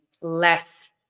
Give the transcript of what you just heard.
less